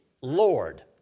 Lord